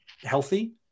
healthy